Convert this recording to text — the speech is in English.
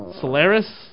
Solaris